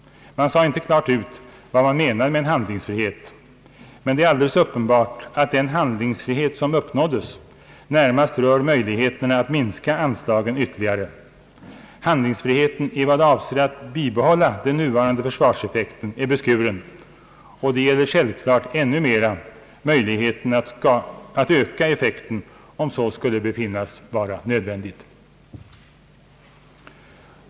Man sade inte klart ut vad man menade med en handlingsfrihet, men det är alldeles uppenbart att den handlingsfrihet som uppnåddes närmast rör möjligheterna att minska anslagen ytterligare. Handlingsfriheten i vad avser att bibehålla den nuvarande försvarseffekten är beskuren, och det gäller självklart ännu mera möjligheten att öka effekten om så skulle befinnas vara nödvändigt.